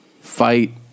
fight